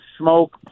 smoke